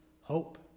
hope